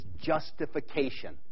justification